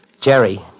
Jerry